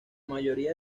mayoría